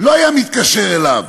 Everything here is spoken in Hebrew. לא היה מתקשר אליו?